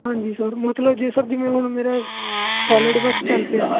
ਹਾਂਜੀ ਸਰ ਮਤਲਬ ਜੇ ਸਰ ਜਿਵੇਂ ਹੁਣ ਮੇਰਾ ਸੋਲਿਡ ਵਰਕ ਚੱਲ ਪਿਆ